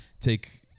take